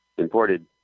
imported